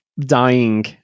dying